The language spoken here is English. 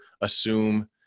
assume